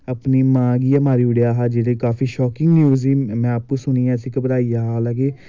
अपनी मां गी गै मारी ओड़ेआ हा जेह्ड़ी काफी शोकिंग न्यूज़ ही मैं आपू सुनियै इसी घवराई गेआ हा हलांकि